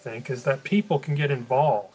think is that people can get involved